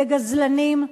לגזלנים,